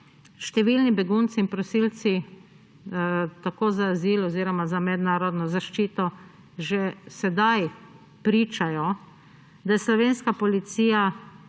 številni begunci in prosilci za azil oziroma za mednarodno zaščito že sedaj pričajo, da je slovenska policija